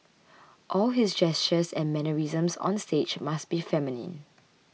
all his gestures and mannerisms on stage must be feminine